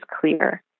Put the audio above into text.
clear